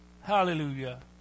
hallelujah